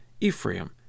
Ephraim